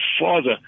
father